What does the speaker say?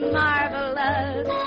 marvelous